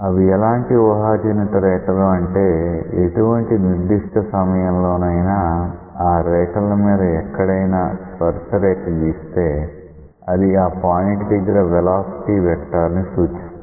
అవి ఎలాంటి ఊహాజనిత రేఖలు అంటే ఎటువంటి నిర్దిష్ట సమయంలో నైనా ఆ రేఖ ల మీద ఎక్కడైనా స్పర్శ రేఖ గీస్తే అది ఆ పాయింట్ దగ్గర వెలాసిటీ వెక్టార్ ని సూచిస్తుంది